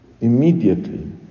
Immediately